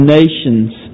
nation's